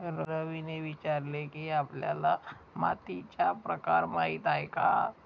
रवीने विचारले की, आपल्याला मातीचा प्रकार माहीत आहे का?